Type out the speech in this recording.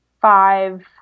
five